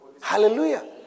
Hallelujah